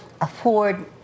afford